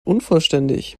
unvollständig